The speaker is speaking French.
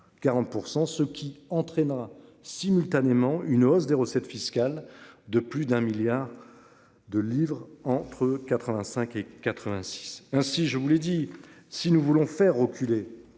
40%, ce qui entraînera simultanément une hausse des recettes fiscales de plus d'un milliard. De livres entre 85 et 86. Ainsi, je vous l'ai dit si nous voulons faire reculer